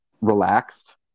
relaxed